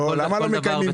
למה לא מקיימים?